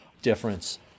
difference